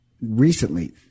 recently